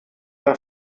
der